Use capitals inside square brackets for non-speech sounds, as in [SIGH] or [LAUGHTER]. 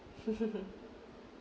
[LAUGHS]